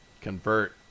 convert